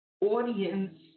audience